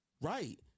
Right